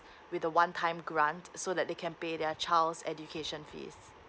with a one time grant so that they can pay their child's education fees